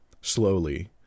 Slowly